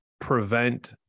prevent